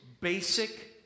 basic